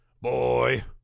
boy